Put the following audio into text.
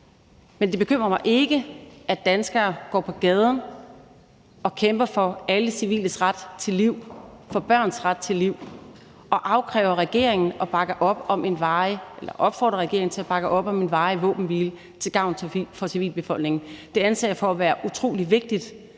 Men det bekymrer mig ikke, at danskere går på gaden og kæmper for alle civiles ret til et liv, for børns ret til et liv, og at de opfordrer regeringen til at bakke op om en varig våbenhvile til gavn for civilbefolkningen. Det anser jeg for at være utrolig vigtigt,